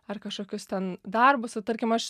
ar kažkokius ten darbus o tarkim aš